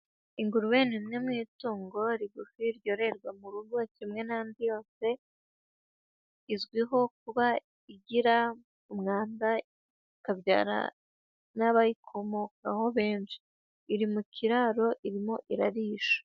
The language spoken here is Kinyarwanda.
Ingurube ni imwe mu itungo rigufi ryoroherwa mu rugo kimwe n'andi yose, izwiho kuba igira umwanda, ikabyara n'abayikomokaho benshi, iri mu kiraro, irimo irarisha.